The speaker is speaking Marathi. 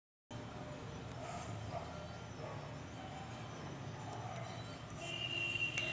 बँक बचत खात्यावर ग्राहकांना डेबिट कार्ड जारी करते